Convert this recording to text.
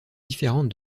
différente